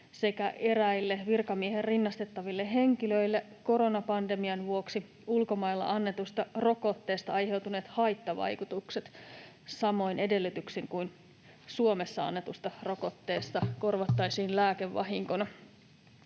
sekä eräille virkamieheen rinnastettaville henkilöille koronapandemian vuoksi ulkomailla annetusta rokotteesta aiheutuneet haittavaikutukset samoin edellytyksin kuin Suomessa annetusta rokotteesta korvattaisiin lääkevahinkona.